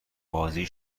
بازی